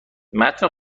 متن